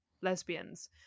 lesbians